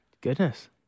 Goodness